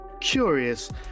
curious